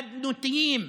אדנותיים,